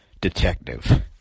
Detective